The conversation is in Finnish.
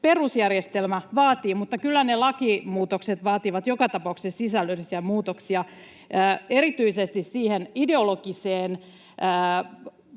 perusjärjestelmä vaatii, mutta kyllä ne lakimuutokset vaativat joka tapauksessa sisällöllisiä muutoksia erityisesti niihin ideologisiin kirjauksiin,